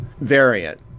variant